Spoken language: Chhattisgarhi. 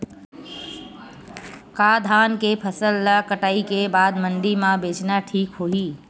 का धान के फसल ल कटाई के बाद मंडी म बेचना ठीक होही?